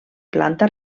planta